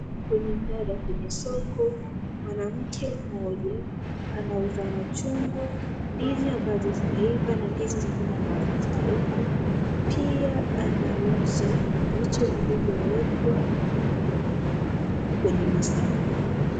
Kwenye mnada kwenye soko mwanamke mmoja anauza machungwa, ndizi ambazo zimeiva na ndizi zingine ambazo hazijaiva. Pia anauza vitu vilivyowekwa kwenye masanduku.